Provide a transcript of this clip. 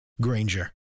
Granger